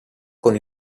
con